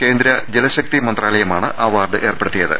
കേന്ദ്ര ജലശക്തിമന്ത്രാലയമാണ് അവാർഡ് ഏർപ്പെടുത്തിയത്